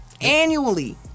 Annually